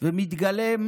ומתגלם